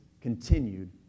continued